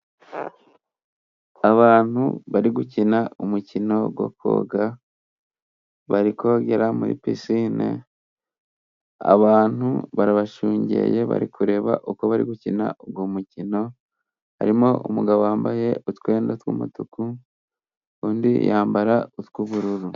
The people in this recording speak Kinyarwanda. Abantu bari gukina umukino wo koga, bari kogera muri pisine, abantu barabashungeye bari kureba uko bari gukina uwo mukino, harimo umugabo wambaye utwenda tw'umutuku, undi yambara utw'ubururu.